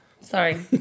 Sorry